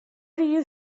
you